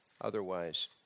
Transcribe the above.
otherwise